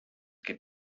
que